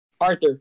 Arthur